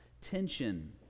tension